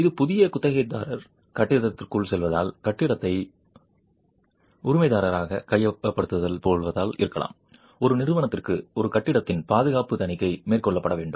ஒரு புதிய குத்தகைதாரர் கட்டிடத்திற்குள் செல்வதால் கட்டிடத்தை உரிமதாரராக கையகப்படுத்தப் போவதால் இருக்கலாம் ஒரு நிறுவனத்திற்கு ஒரு கட்டிடத்தின் பாதுகாப்பு தணிக்கை மேற்கொள்ளப்பட வேண்டும்